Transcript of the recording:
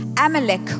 Amalek